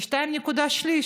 ו-2.3,